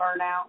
burnout